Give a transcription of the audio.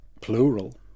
plural